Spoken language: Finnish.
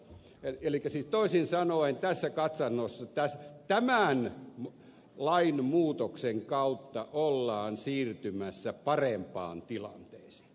elikkä siis toisin sanoen tässä katsannossa tämän lain muutoksen kautta ollaan siirtymässä parempaan tilanteeseen